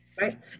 right